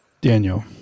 Daniel